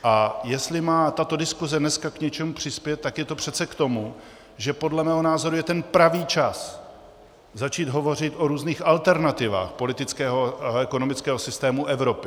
A jestli má tato diskuse dneska k něčemu přispět, tak je to přece k tomu, že podle mého názoru je ten pravý čas začít hovořit o různých alternativách politického a ekonomického systému Evropy.